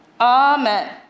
Amen